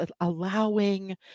allowing